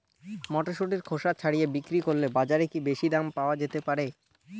মটরশুটির খোসা ছাড়িয়ে বিক্রি করলে বাজারে কী বেশী দাম পাওয়া যেতে পারে?